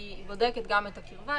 היא בודקת גם את הקרבה,